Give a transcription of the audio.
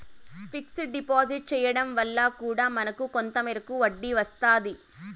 fixed deposit చేయడం వల్ల కూడా మనకు కొంత మేరకు వడ్డీ వస్తాది